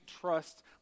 trust